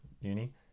Uni